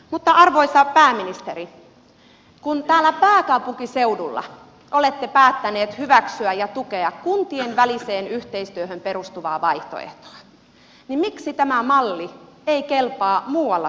mutta arvoisa pääministeri kun täällä pääkaupunkiseudulla olette päättänyt hyväksyä ja tukea kuntien väliseen yhteistyöhön perustuvaa vaihtoehtoa niin miksi tämä malli ei kelpaa muualla suomessa